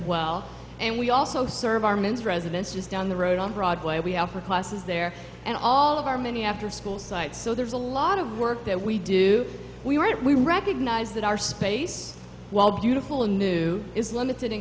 well and we also serve our men's residence just down the road on broadway we offer classes there and all of our many afterschool sites so there's a lot of work that we do we write we recognize that our space while beautiful and new is limited in